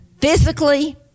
physically